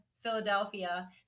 Philadelphia